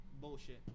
Bullshit